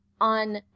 on